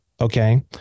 okay